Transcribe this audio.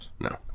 No